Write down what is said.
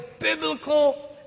biblical